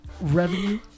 Revenue